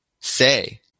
say